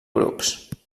grups